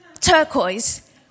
turquoise